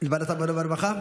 לוועדת עבודה ורווחה?